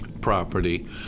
property